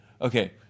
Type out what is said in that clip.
Okay